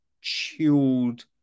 chilled